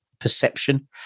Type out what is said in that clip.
Perception